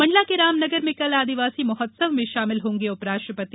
मंडला के रामनगर में कल आदिवासी महोत्सव में शामिल होंगे उपराष्ट्रपति